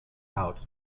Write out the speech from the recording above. out